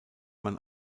man